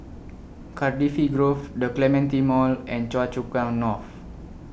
Cardifi Grove The Clementi Mall and Choa Chu Kang North